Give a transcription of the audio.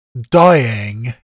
dying